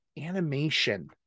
animation